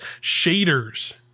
shaders